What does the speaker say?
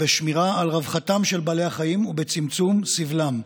בשמירה על רווחתם של בעלי החיים ובצמצום סבלם,